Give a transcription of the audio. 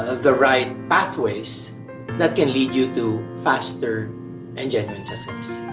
ah the right pathways that can lead you to faster and genuine success.